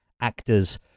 actors